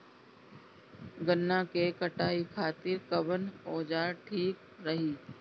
गन्ना के कटाई खातिर कवन औजार ठीक रही?